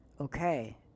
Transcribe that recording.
okay